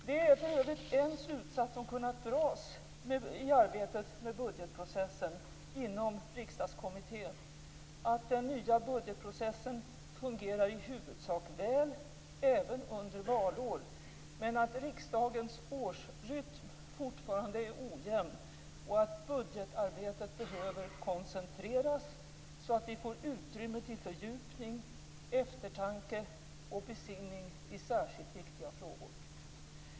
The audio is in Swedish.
Det är för övrigt en slutsats som kunnat dras i arbetet med budgetprocessen inom Riksdagskommittén, att den nya budgetprocessen fungerar i huvudsak väl, även under valår, men att riksdagens årsrytm fortfarande är ojämn och att budgetarbetet behöver koncentreras, så att vi får utrymme till fördjupning, eftertanke och besinning i särskilt viktiga frågor.